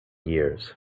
years